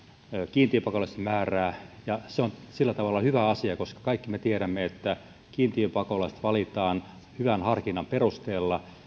kiintiöpakolaisten määrää se on sillä tavalla hyvä asia koska kaikki me tiedämme että kiintiöpakolaiset valitaan hyvän harkinnan perusteella